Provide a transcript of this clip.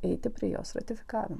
eiti prie jos ratifikavimo